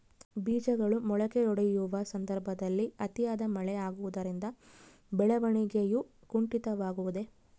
ಬೇಜಗಳು ಮೊಳಕೆಯೊಡೆಯುವ ಸಂದರ್ಭದಲ್ಲಿ ಅತಿಯಾದ ಮಳೆ ಆಗುವುದರಿಂದ ಬೆಳವಣಿಗೆಯು ಕುಂಠಿತವಾಗುವುದೆ?